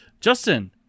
Justin